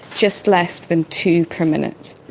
just less than two per minute.